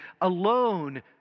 alone